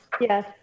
Yes